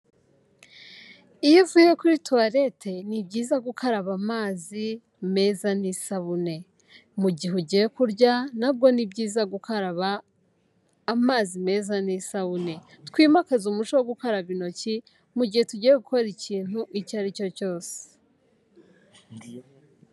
Iyo uvuye kuri toilette ni byiza gukaraba amazi meza n'isabune, mu gihe ugiye kurya na bwo ni byiza gukaraba amazi meza n'isabune, twimakaze umuco wo gukaraba intoki mu gihe tugiye gukora ikintu icyo ari cyo cyose.